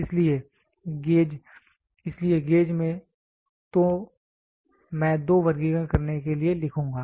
इसलिए गेज इसलिए गेज में तो मैं दो वर्गीकरण करने के लिए लिखूंगा